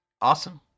Awesome